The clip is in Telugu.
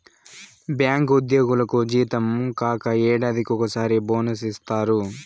బ్యాంకు ఉద్యోగులకు జీతం కాక ఏడాదికి ఒకసారి బోనస్ ఇత్తారు